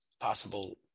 possible